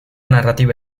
narrativa